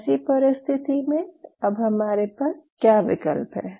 ऐसी परिस्थिति में अब हमारे पास क्या विकल्प है